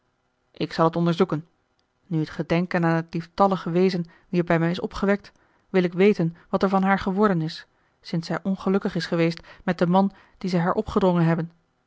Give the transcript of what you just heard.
ik zal t onderzoeken nu het gedenken aan het lieftallige wezen weêr bij mij is opgewekt wil ik weten wat er van haar geworden is sinds zij ongelukkig is geweest met den man dien zij haar opgedrongen hebben